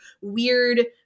weird